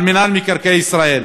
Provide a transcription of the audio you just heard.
על רשות מקרקעי ישראל,